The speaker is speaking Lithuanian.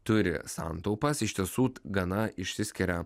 turi santaupas iš tiesų gana išsiskiria